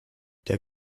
der